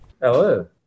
Hello